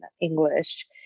English